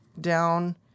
down